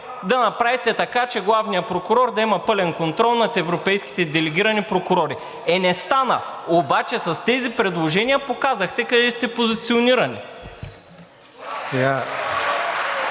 да направите така, че главният прокурор да има пълен контрол над европейските делегирани прокурори. Е, не стана! Обаче с тези предложения показахте къде сте позиционирани.